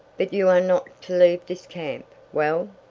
but you are not to leave this camp well,